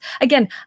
again